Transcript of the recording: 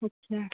अच्छा